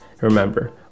Remember